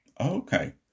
okay